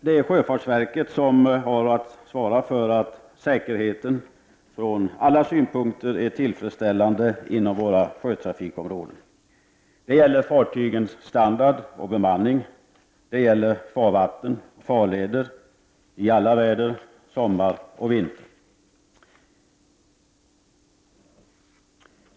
Det är sjöfarisverket som har att svara för att säkerheten från alla synpunkter är tillfredsställande inom våra sjötrafikområden. Detta gäller fartygens standard och bemanning, det gäller farvatten och farleder i alla väder, sommar och vinter.